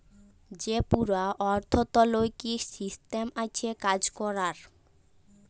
যে পুরা অথ্থলৈতিক সিসট্যাম আছে কাজ ক্যরার